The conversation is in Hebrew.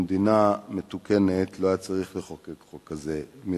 במדינה מתוקנת לא היה צריך לחוקק חוק כזה מלכתחילה.